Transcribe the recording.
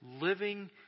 living